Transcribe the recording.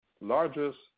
largest